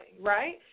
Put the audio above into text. right